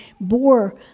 bore